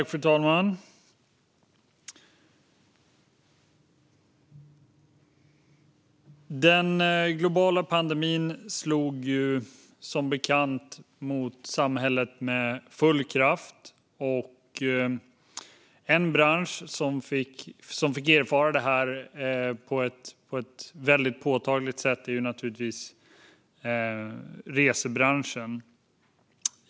Fru talman! Pandemin slog som bekant till mot samhället med full kraft. En bransch som fick erfara det på ett påtagligt sätt är resebranschen.